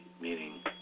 meaning